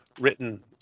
written